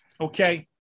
Okay